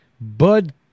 Bud